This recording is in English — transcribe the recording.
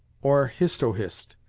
or hist-oh-hist.